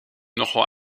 nogal